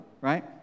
right